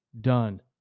done